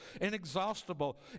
inexhaustible